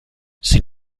sin